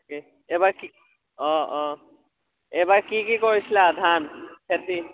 তাকে এইবাৰ কি অঁ অঁ এইবাৰ কি কি কৰিছিলা ধান খেতি